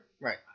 Right